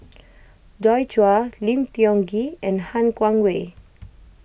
Joi Chua Lim Tiong Ghee and Han Guangwei